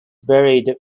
buried